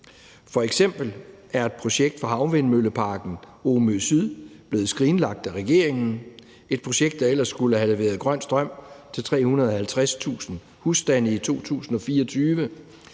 F.eks. er et projekt for Omø Syd Havmøllepark blevet skrinlagt af regeringen, et projekt, der ellers skulle have leveret grøn strøm til 350.000 husstande i 2024.